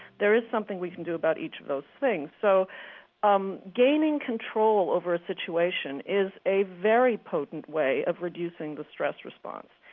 there is something we can do about each of those things. so um gaining control over a situation is a very potent way of reducing the stress response.